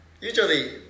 Usually